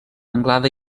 anglada